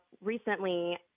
recently